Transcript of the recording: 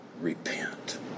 Repent